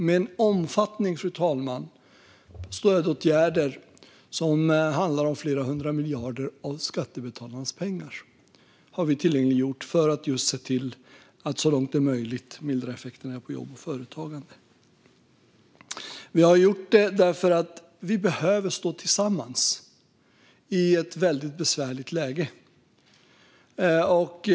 Vi har lagt fram stödåtgärder till en omfattning av flera hundra miljarder av skattebetalarnas pengar, fru talman. De pengarna har vi tillgängliggjort just för att se till att så långt det är möjligt mildra effekterna för jobb och företagande. Vi har gjort detta för att vi behöver stå tillsammans i ett väldigt besvärligt läge.